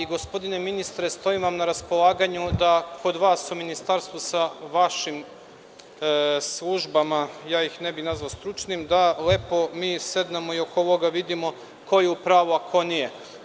Gospodine ministre, stojim vam na raspolaganju da kod vas u ministarstvu sa vašim službama, ne bih ih nazvao stručnim, da lepo sednemo i oko ovoga da vidimo ko je u pravu a ko nije.